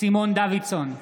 סימון דוידסון,